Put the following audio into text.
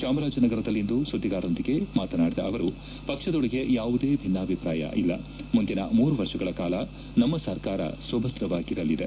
ಚಾಮರಾಜನಗರದಲ್ಲಿಂದು ಸುದ್ಗಿಗಾರರೊಂದಿಗೆ ಮಾತನಾಡಿದ ಅವರು ಪಕ್ಷದೊಳಗೆ ಯಾವುದೇ ಭಿನ್ನಾಭಿಪ್ರಾಯವಿಲ್ಲ ಮುಂದಿನ ಮೂರು ವರ್ಷಗಳ ಕಾಲ ನಮ್ಮ ಸರ್ಕಾರ ಸುಭದ್ರವಾಗಿರಲಿದೆ